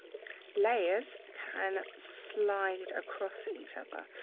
layers can slide across each other.